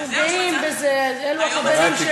אנחנו גאים בזה, אלו החברים שלי.